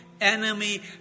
enemy